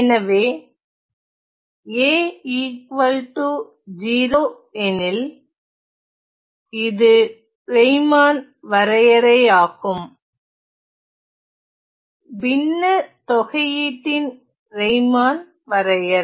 எனவே a 0 எனில் இது ரெய்மான் வரையறையாகும் பின்ன தொகையீட்டின் ரெய்மான் வரையறை